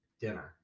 dinner